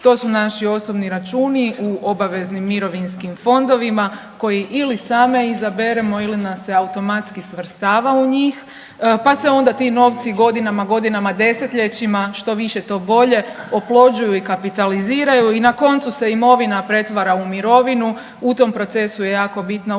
To su naši osobni računi u obaveznim mirovinskim fondovima koje ili sami izaberemo ili nas se automatski svrstava u njih, pa se onda ti novci godinama, godinama i 10-ljećima, što više to bolje, oplođuju i kapitaliziraju i na koncu se imovina pretvara u mirovinu. U tom procesu je jako bitna uloga